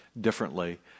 differently